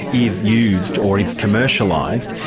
is used, or is commercialised,